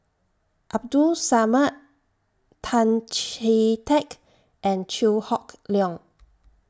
Abdul Samad Tan Chee Teck and Chew Hock Leong